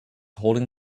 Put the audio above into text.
holding